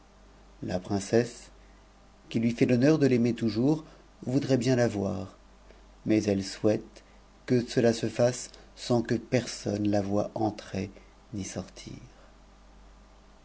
la princesse qui lui fait l'honneur de l'aimer toujours voudrait t cn la voir mais elle souhaite que cela se fasse sans que personne la voie entrer ni sortir